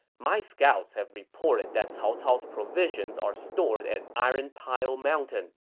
my scouts have reported that cao cao's provisions are stored at iron pile mountain.